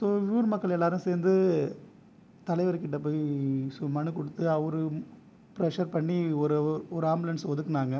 so ஊர் மக்கள் எல்லோரும் சேர்ந்து தலைவர்கிட்ட போய் ஸ் மனு கொடுத்து அவர் பிரஷர் பண்ணி ஒரு ஒரு ஆம்புலன்ஸ் ஒதுக்கினாங்க